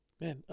Man